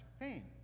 pain